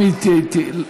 אם תהיה.